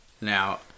Now